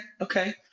Okay